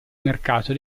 mercato